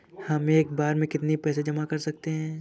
हम एक बार में कितनी पैसे जमा कर सकते हैं?